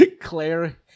Claire